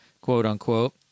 quote-unquote